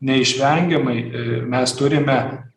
neišvengiamai ir mes turime